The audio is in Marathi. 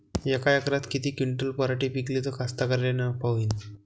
यका एकरात किती क्विंटल पराटी पिकली त कास्तकाराइले नफा होईन?